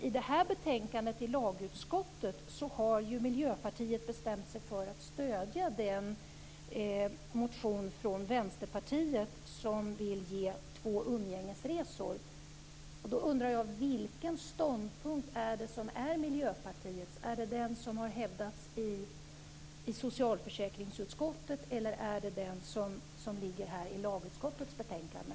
I det här betänkandet från lagutskottet har ju Miljöpartiet bestämt sig för att stödja den motion från Vänsterpartiet där man vill ge två umgängesresor. Då undrar jag: Vilken ståndpunkt är Miljöpartiets? Är det den som har hävdats i socialförsäkringsutskottet, eller är det den som ligger här i lagutskottets betänkande?